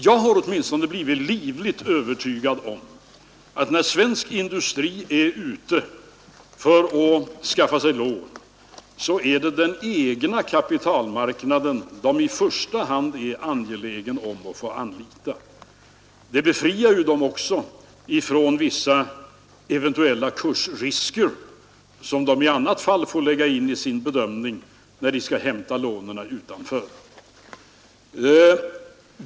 Jag har åtminstone blivit livligt övertygad om att när svensk industri är ute för att skaffa sig lån, är det den egna kapitalmarknaden som den i första hand är angelägen om att få anlita. Det befriar också industrin från vissa eventuella kursrisker, som den i annat fall får lägga in i sin bedömning, när den skall hämta lånen utanför landet.